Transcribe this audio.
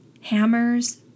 hammers